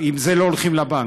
עם זה לא הולכים לבנק.